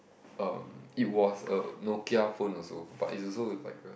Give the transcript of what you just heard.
um it was a Nokia phone also but it's also like a